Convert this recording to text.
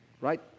right